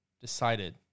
decided